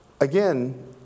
again